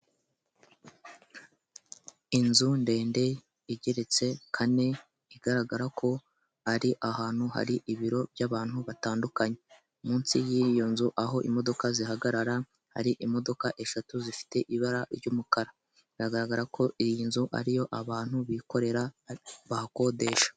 Inzu ndende igeretse kane igaragara ko ari ahantu hari ibiro by'abantu batandukanye, munsi y'iyo nzu aho imodoka zihagarara, hari imodoka eshatu zifite ibara ry'umukara, biragaragara ko iyi nzu ariyo abantu bikorera bahakodesha.